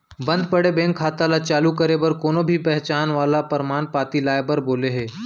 बंद पड़े बेंक खाता ल चालू करे बर कोनो भी पहचान वाला परमान पाती लाए बर बोले हे